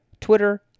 Twitter